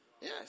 Yes